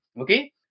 okay